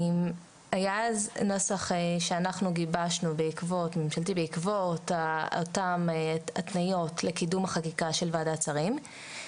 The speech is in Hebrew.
היה נוסח שאנחנו גיבשנו בעקבות אותן התניות לקידום חקיקה של ועדת שרים.